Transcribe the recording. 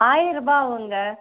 ஆயரரூபா ஆகுங்க